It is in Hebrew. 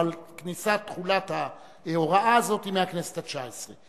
בידיו של כל חבר כנסת לשנות את התקנון.